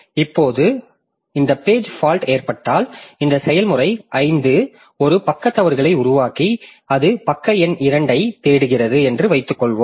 இப்போது இந்த page fault ஏற்பட்டால் இந்த செயல்முறை 5 ஒரு பக்க தவறுகளை உருவாக்கி அது பக்க எண் 2 ஐத் தேடுகிறது என்று வைத்துக்கொள்வோம்